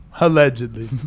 allegedly